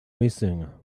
missing